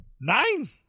Nein